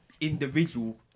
individual